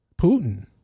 Putin